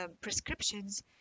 prescriptions